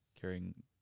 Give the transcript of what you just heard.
carrying